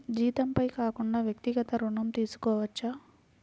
జీతంపై కాకుండా వ్యక్తిగత ఋణం తీసుకోవచ్చా?